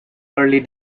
early